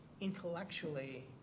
intellectually